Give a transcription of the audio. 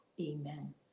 Amen